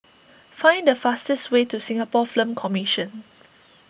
find the fastest way to Singapore Film Commission